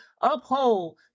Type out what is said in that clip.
uphold